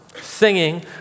singing